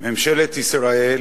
ממשלת ישראל